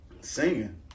singing